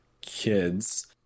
kids